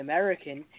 American